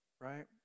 right